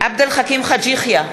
עבד אל חכים חאג' יחיא,